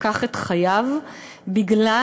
לקח את חייו בגלל,